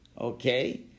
Okay